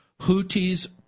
Houthis